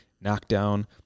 knockdown